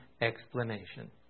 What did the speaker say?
explanation